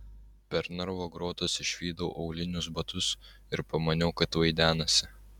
per narvo grotas išvydau aulinius batus ir pamaniau kad vaidenasi